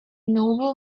novel